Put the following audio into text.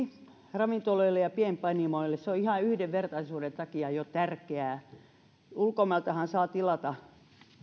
ravintoloille ja pienpanimoille on ihan jo yhdenvertaisuuden takia tärkeää ulkomailtahan saa jo tilata